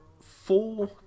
four